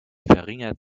verringert